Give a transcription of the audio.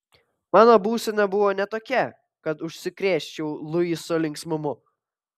mano būsena buvo ne tokia kad užsikrėsčiau luiso linksmumu